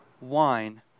wine